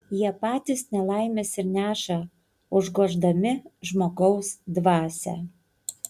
jie patys nelaimes ir neša užgoždami žmogaus dvasią